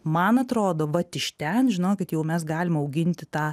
man atrodo vat iš ten žinokit jau mes galim auginti tą